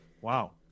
Wow